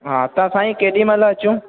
हा त साईं केॾी महिल अचूं